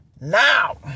Now